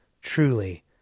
Truly